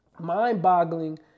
mind-boggling